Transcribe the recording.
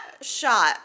shot